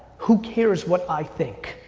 who cares what i think?